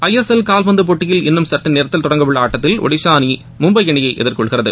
ஐ S L கால்பந்து போட்டியில் இன்னும் சற்று நேர்த்தில தொடங்கவுள்ள ஆட்டதில் ஒடிசா அணி மும்னப அணியை எதிர்கொள்கிறது